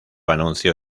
anuncio